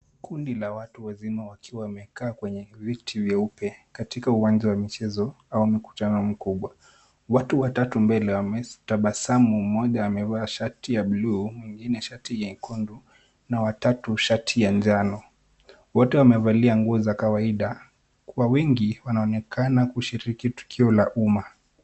Kundi la watu wazima wakiwa wamekaa kwenye viti vyeupe katika uwanja wa michezo au mkutano mkubwa. Watu watatu mbele wametabasamu mmoja amevaa shati ya buluu mwingine shati nyekundu na watatu shati ya njano. Wote wamevalia nguo za kawaida. Kwa wingi wanaonekana kushiriki tukio la umma.